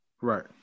Right